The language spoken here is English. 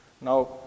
Now